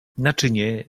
naczynie